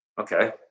okay